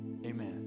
Amen